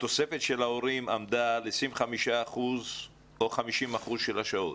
התוספת של ההורים עמדה על 25% או 50% של השעות?